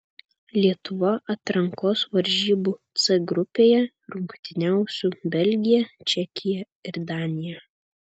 lietuva atrankos varžybų c grupėje rungtyniaus su belgija čekija ir danija